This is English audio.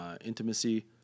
intimacy